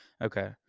Okay